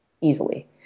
easily